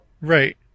Right